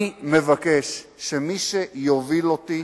אני מבקש שמי שיוביל אותי,